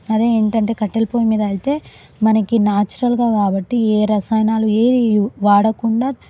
అదే ఏంటంటే కట్టెల పొయ్యి మీద అయితే మనకి న్యాచురల్గా కాబట్టి ఏ రసాయనాలు ఏది వాడకుండా